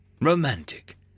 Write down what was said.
romantic